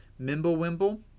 Mimblewimble